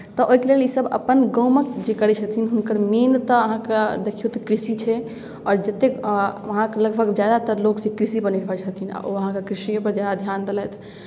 तऽ ओहिके लेल ईसभ अपन गाँवमे जे करै छथिन हुनकर मेन तऽ अहाँकेँ देखियौ तऽ कृषि छै आओर जतेक वहाँके लगभग ज्यादातर लोक से कृषिपर निर्भर छथिन आ ओ अहाँके कृषिएपर ज्यादा ध्यान देलथि